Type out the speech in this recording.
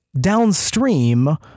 downstream